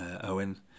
Owen